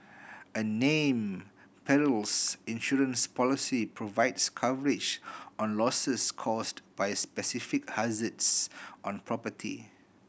a name perils insurance policy provides coverage on losses caused by specific hazards on property